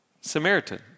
Samaritans